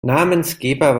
namensgeber